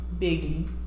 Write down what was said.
Biggie